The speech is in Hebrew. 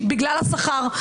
בגלל השכר,